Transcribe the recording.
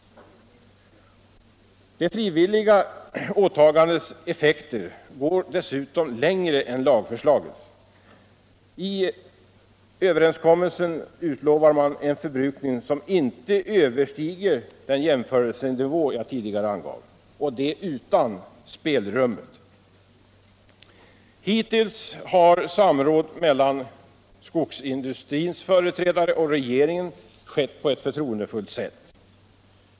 Det frivilliga åtagandets effekter går dessutom längre än lagförslagets. I överenskommelsen utlovar man en förbrukning som inte överstiger den jämförelsenivå jag tidigare angav, och det utan ”spelrum”. Hittills har samråd mellan skogsindustrins företrädare och regeringen skett på ett förtroendefullt sätt.